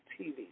TV